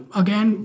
again